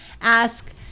ask